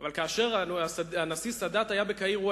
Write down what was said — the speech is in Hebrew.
אבל כאשר הנשיא סאדאת היה בקהיר הוא